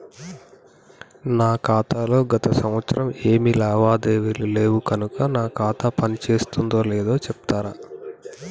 నా ఖాతా లో గత సంవత్సరం ఏమి లావాదేవీలు లేవు కనుక నా ఖాతా పని చేస్తుందో లేదో చెప్తరా?